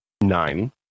nine